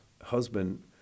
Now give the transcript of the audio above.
husband